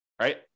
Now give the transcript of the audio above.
right